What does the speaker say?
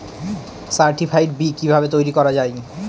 Certified B কিভাবে তৈরি করা যায়?